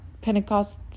Pentecost